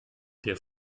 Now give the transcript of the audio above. der